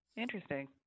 Interesting